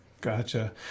Gotcha